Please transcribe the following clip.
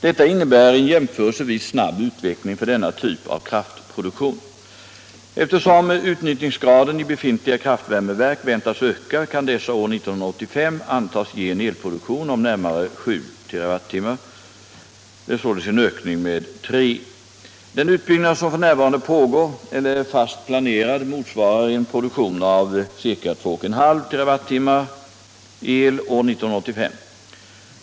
Detta innebär en jämförelsevis snabb utveckling för denna typ av kraftproduktion. Eftersom utnyttjningsgraden i befintliga kraftvärmeverk väntas öka kan dessa år 1985 antas ge en elproduktion om närmare 7 TWh — en ökning med 3 TWh. Den utbyggnad som f. n. pågår el!er är fast planerad motsvarar en produktion av ca 2,5 TWh el år 1985.